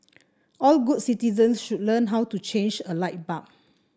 all good citizens should learn how to change a light bulb